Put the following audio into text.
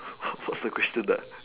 what's the question that